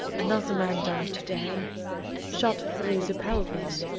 another man died to-day shot through the pelvis.